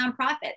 nonprofit